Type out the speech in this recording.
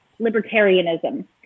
libertarianism